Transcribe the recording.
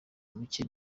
muke